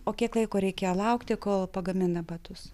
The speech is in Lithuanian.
o kiek laiko reikia laukti kol pagamina batus